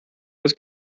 was